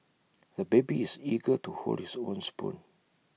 the baby is eager to hold his own spoon